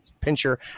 pincher